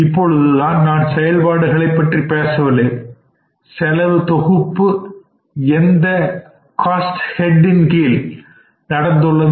இப்பொழுது நான் செயல்பாடுகளைப் பற்றி பேசவில்லை செலவு தொகுப்பு எந்த காஸ்ட் ஹெட் இன் கீழ் நடந்துள்ளது